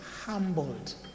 humbled